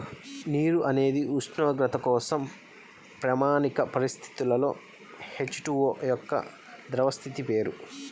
నీరు అనేది ఉష్ణోగ్రత కోసం ప్రామాణిక పరిస్థితులలో హెచ్.టు.ఓ యొక్క ద్రవ స్థితి పేరు